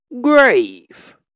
grave